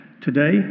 Today